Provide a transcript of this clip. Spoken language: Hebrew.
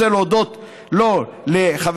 אני רוצה להודות לו על קידום החוק,